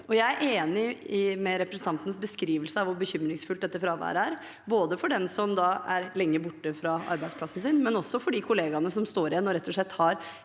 Jeg er enig i representantens beskrivelse av hvor bekymringsfullt dette fraværet er, både for dem som er lenge borte fra arbeidsplassen sin, og for de kollegaene som står igjen og rett og slett